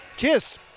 Cheers